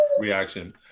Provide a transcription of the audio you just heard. reaction